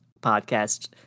podcast